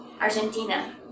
Argentina